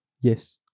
Yes